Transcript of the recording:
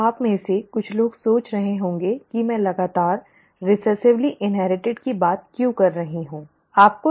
अब आप में से कुछ लोग सोच रहे होंगे कि मैं लगातार रिसेसिवली इन्हेरिटिड की बात क्यों कर रही हूँ ठीक है